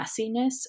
messiness